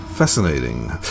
fascinating